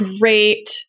great